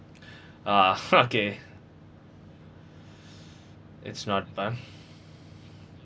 uh okay it's not done